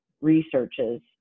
researches